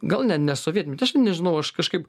gal net ne sovietmetį aš net nežinau aš kažkaip